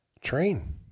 Train